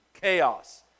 Chaos